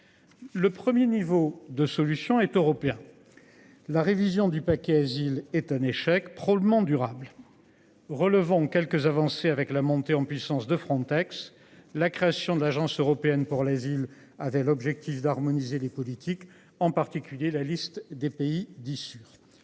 Le 1er niveau de solutions est européen. La révision du paquet asile est un échec probablement durable. Relevons quelques avancées avec la montée en puissance de Frontex. La création de l'Agence européenne pour les. Il avait l'objectif d'harmoniser les politiques en particulier la liste des pays dits sûrs.